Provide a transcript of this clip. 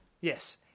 Yes